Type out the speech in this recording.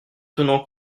tenant